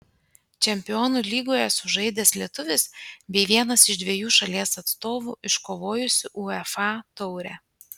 čempionų lygoje sužaidęs lietuvis bei vienas iš dviejų šalies atstovų iškovojusių uefa taurę